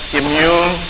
immune